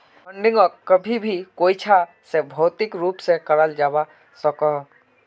फंडिंगोक कभी भी कोयेंछा से भौतिक रूप से कराल जावा सकोह